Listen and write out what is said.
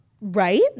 Right